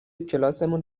کلاسمون